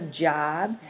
job